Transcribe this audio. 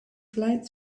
flight